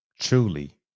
truly